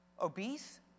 obese